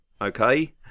okay